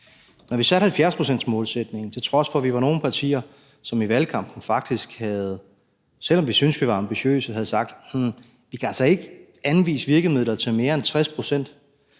en 70-procentsmålsætning, til trods for at vi var nogle partier, som i valgkampen, selv om vi syntes, vi var ambitiøse, faktisk havde sagt: Vi kan altså ikke anvise virkemidler til mere end 60